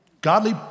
Godly